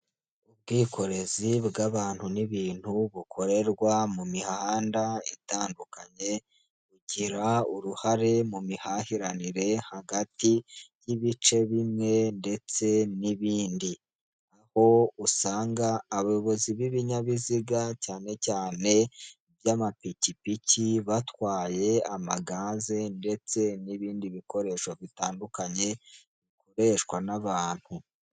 Ubwikorezi bw'abantu n'ibintu bukorerwa mu mihanda itandukanye bugira uruhare mu mihahiranire hagati y'ibice bimwe ndetse n'ibindi aho usanga abayobozi b'ibinyabiziga cyane cyane iby'amapikipiki batwaye amagaze ndetse n'ibindi bikoresho bitandukanye bikoreshwa n'abantu.